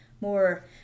more